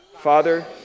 Father